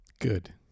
good